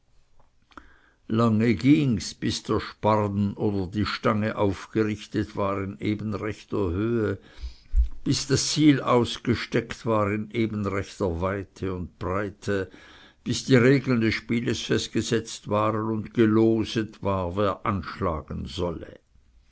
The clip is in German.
lange gings bis der sparren oder die stange aufgerichtet war in ebenrechter höhe bis das ziel ausgesteckt war in ebenrechter weite und breite bis die regeln des spieles festgesetzt waren und geloset war wer anschlagen solle